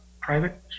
private